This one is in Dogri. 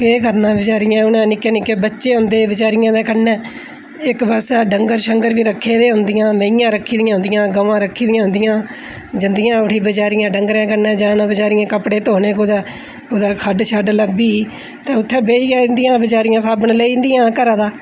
केह् करना उ'नें बेचारियाें निक्के निक्के बच्चे होंदे हे बेचारियें दे कन्नै इक पास्सै डंगर शगंर बी रक्खे दे होंदियां हा मेहियां रक्खी दियां होंदियां गमां रक्खी दियां होंदियां जंदियां उठी बेचारियां डंगरें कन्नै जाना बेचारिये कपड़े धोने कुदै कुदै खड्ड शड्ड लब्भी गेई ते उत्थै बेही लैंदियां हा बेचारियां कपड़े लेई जंदियां हा घरा दा